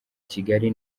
kigali